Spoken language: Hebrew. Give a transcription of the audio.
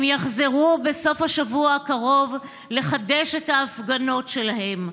הם יחזרו בסוף השבוע הקרוב לחדש את ההפגנות שלהם,